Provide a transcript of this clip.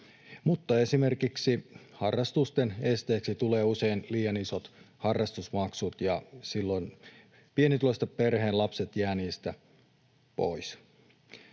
Mutta esimerkiksi harrastusten esteeksi tulevat usein liian isot harrastusmaksut, ja silloin pienituloisten perheiden lapset jäävät niistä pois.